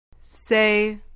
Say